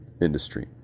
industry